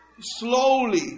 slowly